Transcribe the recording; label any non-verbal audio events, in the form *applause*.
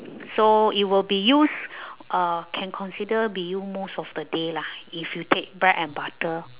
so it will be used *breath* uh can consider be used most of the day lah if you take bread and butter